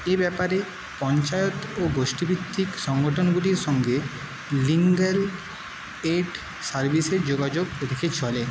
এই ব্যাপারে পঞ্চায়েত ও গোষ্ঠীভিত্তিক সংগঠনগুলির সঙ্গে লিগাল এইড সার্ভিসের যোগাযোগ রেখে চলে